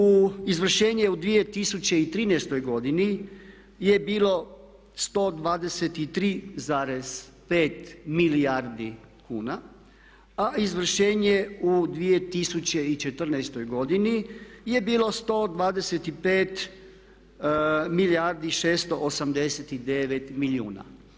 U izvršenje u 2013.godini je bilo 123,5 milijardi kuna a izvršenje u 2014.godini je bilo 125 milijardi 689 milijuna.